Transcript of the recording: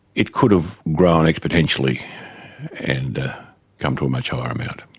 it could have grown exponentially and come to a much higher amount.